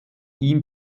ihm